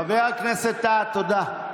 חבר הכנסת טאהא, תודה.